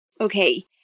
Okay